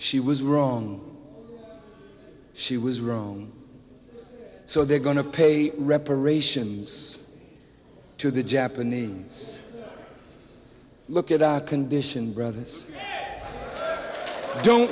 she was wrong she was wrong so they're going to pay reparations to the japanese look at our condition brothers don't